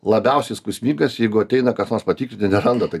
labiausiai skausmingas jeigu ateina kas nors patikrinti neranda tai